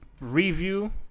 review